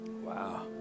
Wow